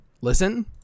Listen